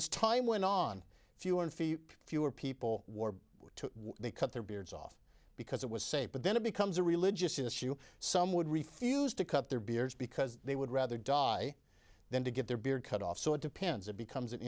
as time went on fewer and fewer people wore to they cut their beards off because it was safe but then it becomes a religious issue some would refuse to cut their beards because they would rather die than to get their beard cut off so it depends it becomes an